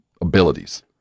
abilities